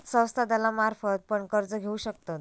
संस्था दलालांमार्फत पण कर्ज घेऊ शकतत